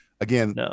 again